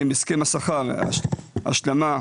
הם הסכם השכר השלמה,